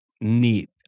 neat